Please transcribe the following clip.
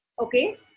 okay